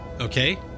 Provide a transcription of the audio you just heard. Okay